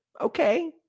okay